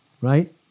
right